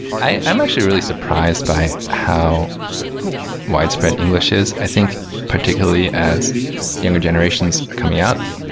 i'm actually really surprised by how widespread english is i think particularly as younger generations are coming out.